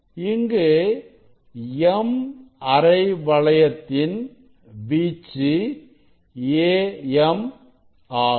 இங்கு m அரை வளையத்தின் வீச்சு Am ஆகும்